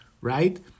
right